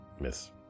miss